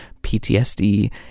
PTSD